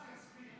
צבי.